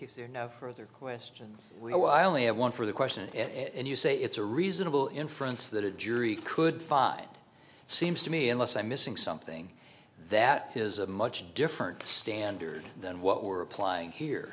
d further questions we know i only have one for the question and you say it's a reasonable inference that a jury could find seems to me unless i'm missing something that is a much different standard than what we're applying here